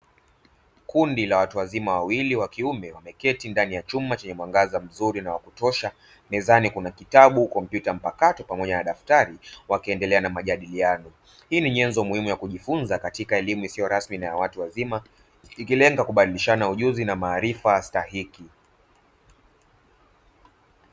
Kundi la watu wazima wawili wa kiume wameketi ndani ya chumba chenye mwangaza mzuri na wa kutosha, mezani kuna kitabu, kompyuta mpakato pamoja na daftari wakiendelea na majadiliano. Hii ni nyenzo muhimu ya kujifunza katika elimu isiyo rasmi na ya watu wazima ikilenga kubadilishana ujuzi na maarifa stahiki.